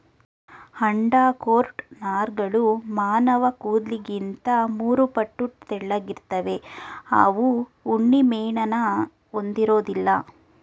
undercoat ನಾರ್ಗಳು ಮಾನವಕೂದ್ಲಿಗಿಂತ ಮೂರುಪಟ್ಟು ತೆಳ್ಳಗಿರ್ತವೆ ಅವು ಉಣ್ಣೆಮೇಣನ ಹೊಂದಿರೋದಿಲ್ಲ